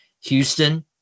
Houston –